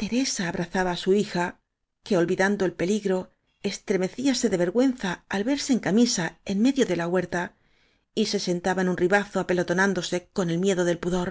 teresa abrazaba á su hija que olvidando el peligro estremecíase de vergüenza al verse en camisa en medio de la huerta y se sentaba en un ribazo apelotonándose con el miedo del pudor